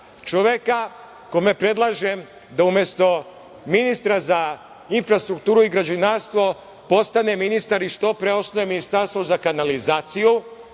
čoveka kome predlažem da, umesto ministra za infrastrukturu i građevinarstvo, postane ministar i što pre osnuje ministarstvo za kanalizaciju